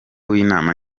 w’inama